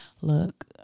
look